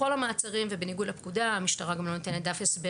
בכל המעצרים ובניגוד לפקודה המשטרה גם לא נותנת דף הסבר